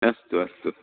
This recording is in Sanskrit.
अस्तु अस्तु